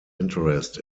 interest